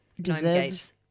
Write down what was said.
deserves